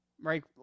right